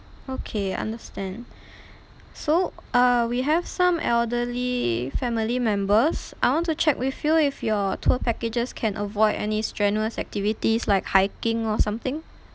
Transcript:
okay understand so uh we have some elderly family members I want to check with you if your tour packages can avoid any strenuous activities like hiking or something